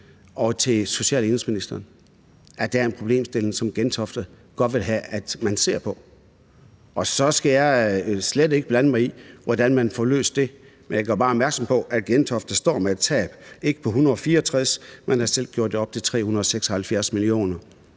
og til social- og indenrigsministeren om, at der er en problemstilling, som Gentofte godt vil have at man ser på. Så skal jeg slet ikke blande mig i, hvordan man får løst det, men jeg gør bare opmærksom på, at Gentofte står med et tab, ikke på 164 mio. kr., men de har selv gjort det op til 376 mio.